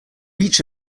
each